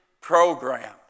program